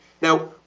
Now